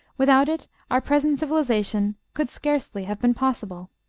without it our present civilization could scarcely have been possible.